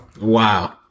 Wow